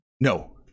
No